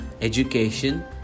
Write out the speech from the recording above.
education